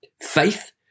faith